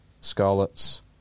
Scarlet's